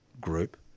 group